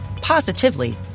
positively